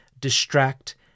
distract